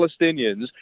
Palestinians